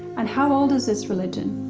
and how old is this religion?